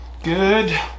good